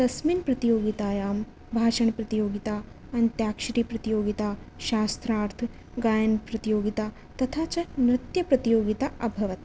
तस्मिन् प्रतियोगितायां भाषणप्रतियोगिता अन्त्याक्षरीप्रतियोगिता शास्त्रार्थगायनप्रतियोगिता तथा च नृत्यप्रतियोगिता अभवत्